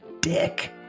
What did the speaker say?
dick